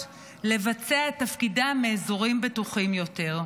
לבצע את תפקידן מאזורים בטוחים יותר.